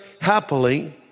happily